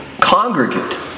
congregate